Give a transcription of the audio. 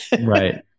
Right